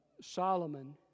Solomon